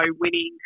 winning